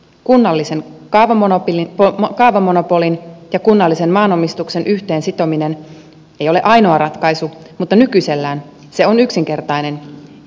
kunnallisen kaavamonopolin ja kunnallisen maanomistuksen yhteensitominen ei ole ainoa ratkaisu mutta nykyisellään se on yksinkertainen ja varsin toimiva